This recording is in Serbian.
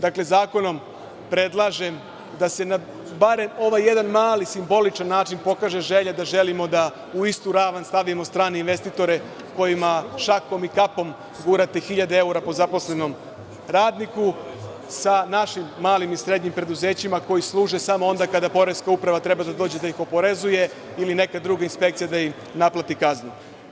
Dakle, zakonom predlažem da se barem na mali, simboličan način pokaže želja da želimo da u istu ravan stavimo strane investitore kojima šakom i kapom gurate hiljade evra po zaposlenom radniku sa našim malim i srednjim preduzećima koji služe samo onda kada poreska uprava treba da dođe da ih oporezuje ili neka druga inspekcija da im naplati kaznu.